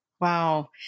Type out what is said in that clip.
Wow